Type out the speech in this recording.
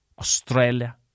Australia